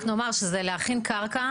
רק נאמר שזה להכין קרקע,